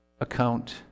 account